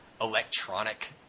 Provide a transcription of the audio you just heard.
electronic